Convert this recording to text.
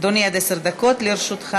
אדוני, עד עשר דקות לרשותך.